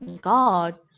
God